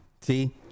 see